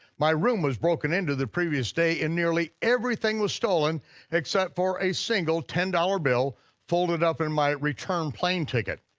my room was broken into the previous day and nearly everything was stolen except for a single ten dollars bill folded up in my return plane ticket,